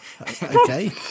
Okay